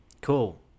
Cool